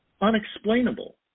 unexplainable